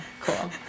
cool